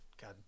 God